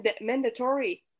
mandatory